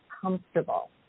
comfortable